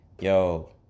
yo